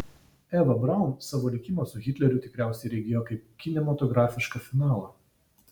eva braun savo likimą su hitleriu tikriausiai regėjo kaip kinematografišką finalą